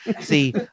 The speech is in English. See